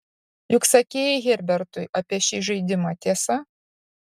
juk sakei herbertui apie šį žaidimą tiesa